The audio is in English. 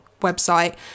website